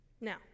Now